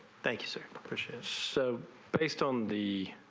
thank you sir purchase so based on the